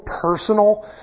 personal